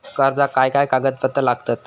कर्जाक काय काय कागदपत्रा लागतत?